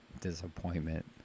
disappointment